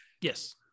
Yes